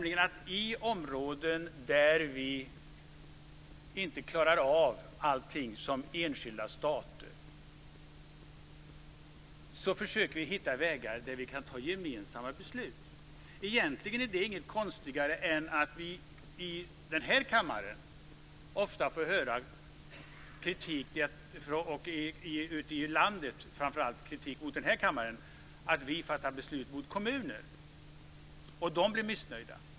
I områden där vi inte klarar av allting som enskilda stater försöker vi hitta vägar där vi kan ta gemensamma beslut. Egentligen är det inte konstigare än när man, framför allt ute i landet, för fram kritik mot den här kammaren för att vi fattar beslut mot kommuner och de blir missnöjda.